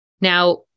Now